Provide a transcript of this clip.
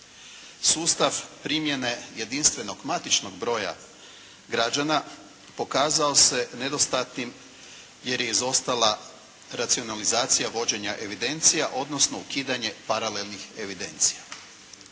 Sustav primjene jedinstvenog matičnog broja građana pokazao se nedostatnim, jer je izostala racionalizacija vođenja evidencija, odnosno ukidanje paralelnih evidencija.